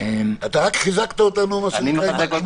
רק חיזקת אותנו עם ההברגה.